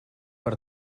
per